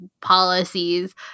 policies